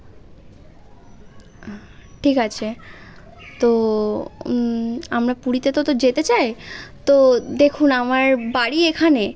ঠিক আছে তো আমরা পুরীতে তো তো যেতে চাই তো দেখুন আমার বাড়ি এখানে